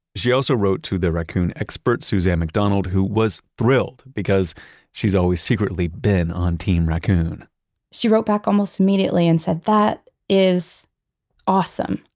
she also wrote to the raccoon expert suzanne mcdonald who was thrilled, because she's always secretly been on team raccoon she wrote back almost immediately and said, that is awesome.